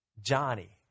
Johnny